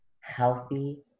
healthy